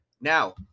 now